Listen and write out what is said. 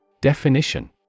Definition